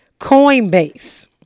Coinbase